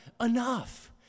enough